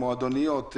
מועדוניות,